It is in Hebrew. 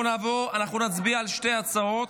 אנחנו נצביע על שתי ההצעות.